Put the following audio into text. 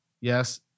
Yes